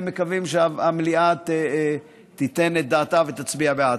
מקווים שהמליאה תיתן את דעתה ותצביע בעד.